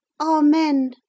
Amen